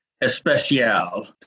especial